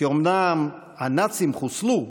כי אומנם הנאצים חוסלו,